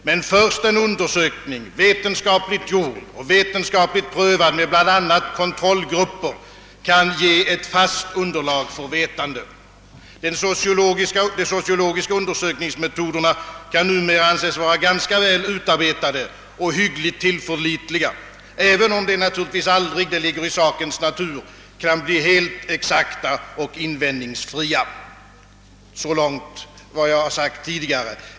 Men först en undersökning, vetenskapligt gjord och vetenskapligt prövad med bl.a. kontrollgrupper, kan ge ett fast underlag för vetande. De sociologiska undersökningsmetoderna kan numera anses vara ganska väl utarbetade och hyggligt tillförlitliga, även om de naturligtvis aldrig — det ligger i sakens natur — kan bli helt exakta och invändningsfria. Så långt vad jag har sagt tidigare.